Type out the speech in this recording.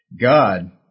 God